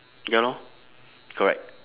ya lor correct